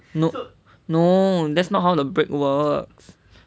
no no that's not how the break works